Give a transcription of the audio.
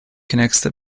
connects